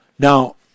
Now